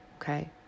Okay